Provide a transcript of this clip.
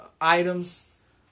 items